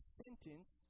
sentence